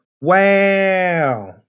Wow